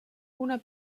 una